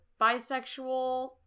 bisexual